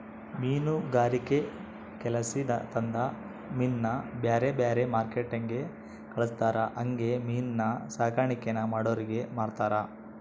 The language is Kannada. ಮೀನುಗಾರಿಕೆಲಾಸಿ ತಂದ ಮೀನ್ನ ಬ್ಯಾರೆ ಬ್ಯಾರೆ ಮಾರ್ಕೆಟ್ಟಿಗೆ ಕಳಿಸ್ತಾರ ಹಂಗೆ ಮೀನಿನ್ ಸಾಕಾಣಿಕೇನ ಮಾಡೋರಿಗೆ ಮಾರ್ತಾರ